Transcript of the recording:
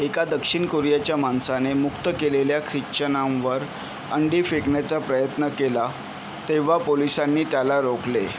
एका दक्षिण कोरियाच्या माणसाने मुक्त केलेल्या ख्रिच्चनांवर अंडी फेकण्याचा प्रयत्न केला तेव्हा पोलिसांनी त्याला रोखले